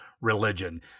religion